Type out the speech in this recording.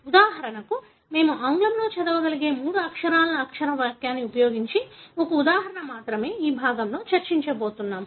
ఉదాహరణకు మేము ఆంగ్లంలో చదవగలిగే మూడు అక్షరాల అక్షర వాక్యాన్ని ఉపయోగించి ఒక ఉదాహరణ మాత్రమే ఈ భాగాన్ని చర్చించబోతున్నాం